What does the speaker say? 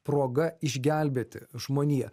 proga išgelbėti žmoniją